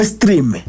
Stream